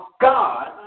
God